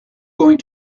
going